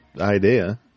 idea